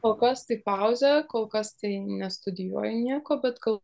kol kas tai pauzę kol kas tai nestudijuoju nieko bet kol